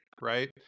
Right